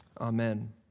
Amen